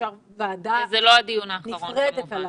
ועדה נפרדת עליו,